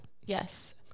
Yes